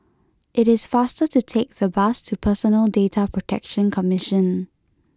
it is faster to take the bus to Personal Data Protection Commission